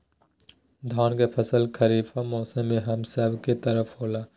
धान के फसल खरीफ मौसम में हम सब के तरफ होला